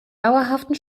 dauerhaften